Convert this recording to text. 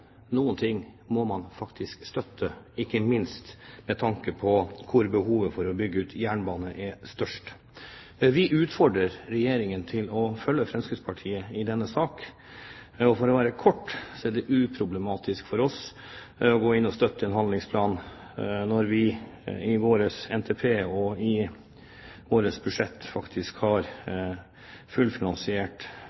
noen ting må man faktisk støtte, ikke minst med tanke på hvor behovet for å bygge ut jernbane er størst. Vi utfordrer Regjeringen til å følge Fremskrittspartiet i denne sak. For å være kort: Det er uproblematisk for oss å støtte en handlingsplan, siden vi i våre forslag i forbindelse med NTP og våre budsjettforslag faktisk har